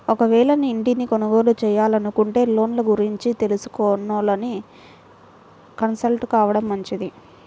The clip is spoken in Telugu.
ఒకవేళ ఇంటిని కొనుగోలు చేయాలనుకుంటే లోన్ల గురించి తెలిసినోళ్ళని కన్సల్ట్ కావడం మంచిది